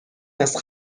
است